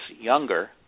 younger